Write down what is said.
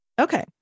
okay